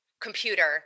computer